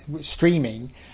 streaming